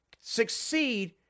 succeed